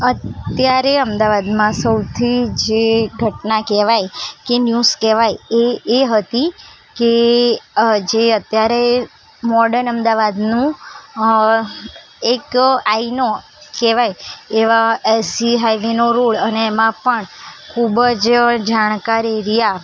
અત્યારે અમદાવાદમાં સૌથી જે ઘટના કહેવાય કે ન્યૂઝ કહેવાય એ એ હતી કે જે અત્યારે મોડર્ન અમદાવાદનું એક આયનો કહેવાય એવાં ઍસ જી હાઈવેનો રોડ અને એમાં પણ ખૂબ જ જાણકાર એરિયા